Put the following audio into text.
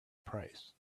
price